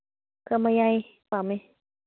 ꯈꯔ ꯃꯌꯥꯏ ꯄꯥꯝꯃꯦ